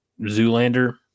Zoolander